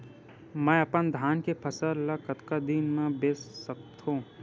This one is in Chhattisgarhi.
मैं अपन धान के फसल ल कतका दिन म बेच सकथो?